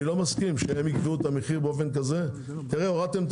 אני לא מסכים שהם יקבעו את המחיר באופן כזה - הורדתם את